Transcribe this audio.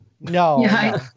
No